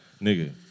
Nigga